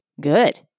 good